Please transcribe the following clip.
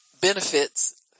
benefits